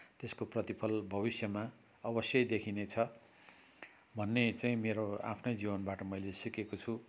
त्यसको प्रतिफल भविष्यमा अवश्यै देखिनेछ भन्ने चाहिँ मेरो आफ्नै जीवनबाट मैले सिकेको छु